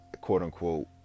quote-unquote